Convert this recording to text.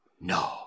No